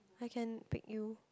I can pick you